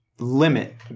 limit